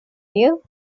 you